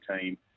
team